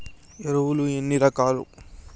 ఎరువులు ఎన్ని రకాలు?